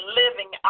living